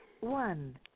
one